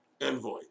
envoy